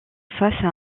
face